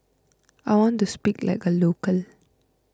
I want to speak like a local